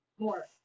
More